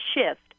shift